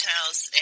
House